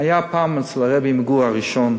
היה פעם אצל הרבי מגור הראשון.